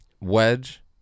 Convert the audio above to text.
wedge